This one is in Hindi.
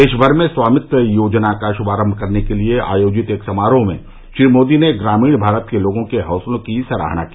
देश भर में स्वामित्व योजना का श्भारंभ करने के लिए आयोजित एक समारोह में आज श्री मोदी ने ग्रामीण भारत के लोगों के हौसले की सराहना की